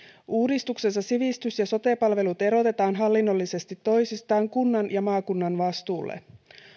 uudistuksessa sivistys ja sote palvelut erotetaan hallinnollisesti toisistaan kunnan ja maakunnan vastuulle